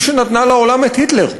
היא שנתנה לעולם את היטלר?